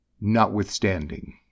NOTWITHSTANDING